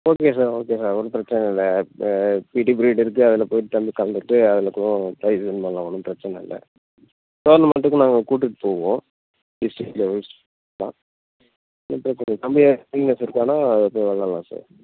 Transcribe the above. phone பேசுறவங்க பேசலாம் அது ஒன்றும் பிரச்சனயில்லை இப்போ பிடி பீரியட் இருக்கு அதில் போய் தம்பி கலந்துக்கிட்டு அதில் கூடம் ப்ரைஸ் வின் பண்ணலாம் ஒன்றும் பிரச்சனயில்லை டோர்னமெண்ட்க்கும் நாங்கள் கூட்டிகிட்டு போவோம் டிஸ்ட்ரிக்லெவல்ஸ்குலாம் தம்பியை ஃபைனல் லிஸ்ட் ஆனால் போய் விளாட்லாம் சார்